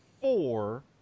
four